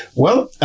well,